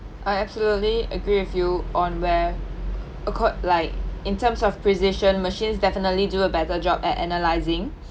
I absolutely agree with you on where a court like in terms of precision machines definitely do a better job at analyzing